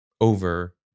over